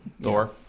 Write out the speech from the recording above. Thor